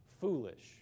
foolish